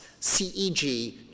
CEG